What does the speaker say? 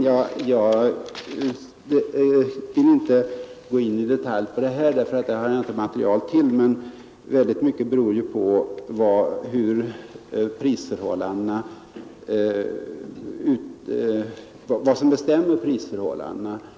Fru talman! Jag vill inte gå in i detalj på detta, för det har jag inte material till, men väldigt mycket beror ju på vad som bestämmer prisförhållandena.